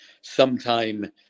sometime